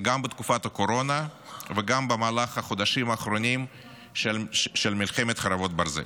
גם בתקופת הקורונה וגם במהלך החודשים האחרונים של מלחמת חרבות ברזל.